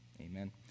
Amen